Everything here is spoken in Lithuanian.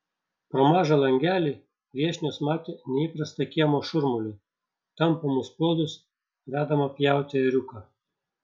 pro mažą langelį viešnios matė neįprastą kiemo šurmulį tampomus puodus vedamą pjauti ėriuką